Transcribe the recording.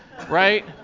Right